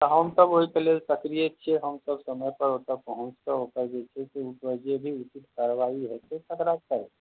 तऽ हमसब ओहिके लेल सक्रिय छिए हमसब समयपर ओतऽ पहुँचिके ओकर जे भी उचित कार्रवाइ हेतै तकरा करबै